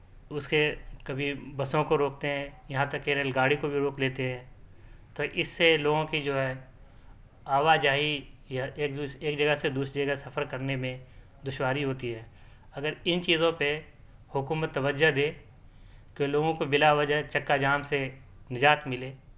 اس کے کبھی بسوں کو روکتے ہیں یہاں تک کہ ریل گاڑی کو بھی روک لیتے ہیں تو اس سے لوگوں کی جو ہے آوا جاہی یا ایک دوست ایک جگہ سے دوسری جگہ سفر کرنے میں دشواری ہوتی ہے اگر ان چیزوں پہ حکومت توجہ دے تو لوگوں کو بلاوجہ چکا جام سے نجات ملے